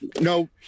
No